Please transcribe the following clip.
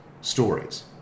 stories